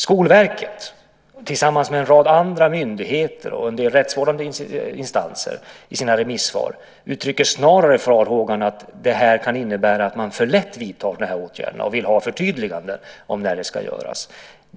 Skolverket uttrycker tillsammans med en rad andra myndigheter och en del rättsvårdande instanser i sina remissvar snarare farhågan att det här kan innebära att man alltför lätt vidtar de här åtgärderna och vill därför ha förtydliganden om när det ska göras.